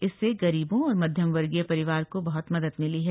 इससे गरीबों और मध्यम वर्गीय परिवार को बहुत मदद मिली है